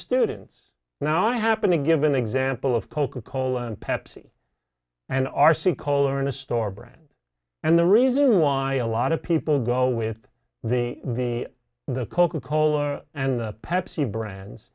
students and i happen to give an example of coca cola and pepsi and r c color in a store brand and the reason why a lot of people go with the the the coca cola and pepsi brands